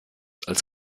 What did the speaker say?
als